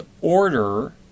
order